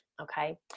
okay